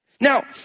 Now